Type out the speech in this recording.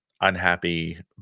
unhappy